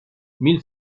mille